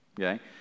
Okay